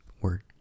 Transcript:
Word